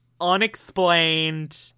unexplained